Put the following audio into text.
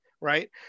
right